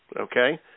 Okay